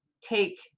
take